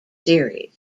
series